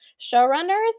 showrunners